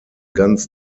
ganz